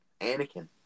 Anakin